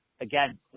again